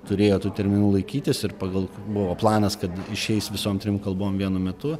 turėtų terminų laikytis ir pagal buvo planas kad išeis visom trim kalbom vienu metu